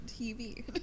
TV